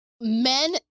men